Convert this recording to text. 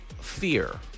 fear